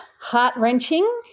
heart-wrenching